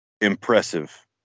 impressive